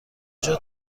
کجا